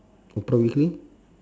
oprah winfrey